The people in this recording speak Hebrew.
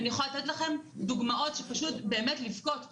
אני יכולה לתת לכם דוגמאות שאפשר לבכות מהן.